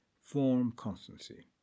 form-constancy